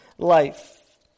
life